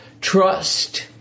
Trust